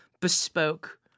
bespoke